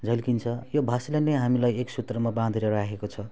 झल्किन्छ यो भाषाले नै हामीलाई एक सूत्रमा बाँधेर राखेको छ